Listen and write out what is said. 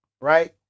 right